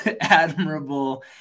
admirable